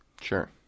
sure